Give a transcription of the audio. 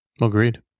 Agreed